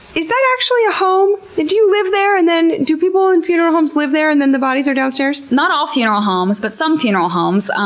is that actually a home? do you live there and then, do people in funeral homes live there and then the bodies are downstairs? not all funeral homes, but some funeral homes.